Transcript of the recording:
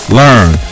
learn